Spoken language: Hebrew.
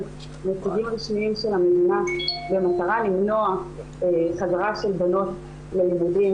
נציגים רשמיים של המדינה במטרה למנוע חזרה של בנות ללימודים